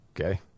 okay